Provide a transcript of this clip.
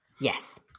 Yes